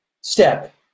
Step